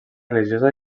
religiosa